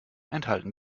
enthalten